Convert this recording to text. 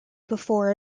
before